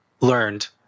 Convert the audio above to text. learned